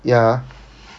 ya